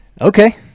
Okay